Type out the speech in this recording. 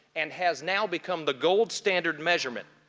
and has now become the gold standard measurement,